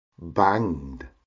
banged